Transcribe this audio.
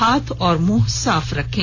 हाथ और मुंह साफ रखे